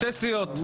שתי סיעות.